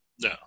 No